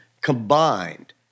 combined